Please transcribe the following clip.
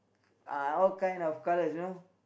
uh all kind of colors you know